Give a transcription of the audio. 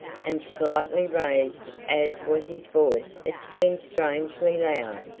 and slightly raised as was his voice it seemed strangely loud,